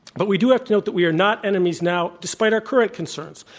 but we do have to note that we are not enemies now, despite our current concerns.